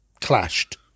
clashed